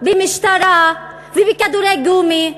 במשטרה ובכדורי גומי.